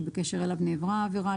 שבקשר אליו נעברה העבירה,